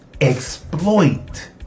exploit